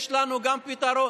יש לנו גם פתרון